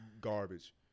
Garbage